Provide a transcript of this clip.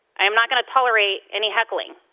i'm not going to tolerate any heckling.